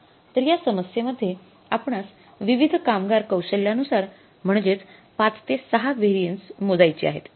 तर या समस्से मध्ये आपणास विविध कामगार कौशल्यानुसार म्हणजेच ५ ते ६ व्हेरिएन्स मोजायची आहेत